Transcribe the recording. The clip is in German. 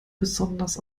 besonders